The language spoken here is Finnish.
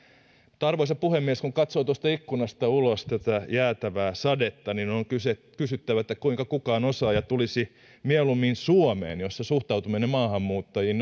mutta arvoisa puhemies kun katsoo tuosta ikkunasta ulos tätä jäätävää sadetta niin on kysyttävä kuinka kukaan osaaja tulisi mieluummin suomeen jossa suhtautuminen maahanmuuttajiin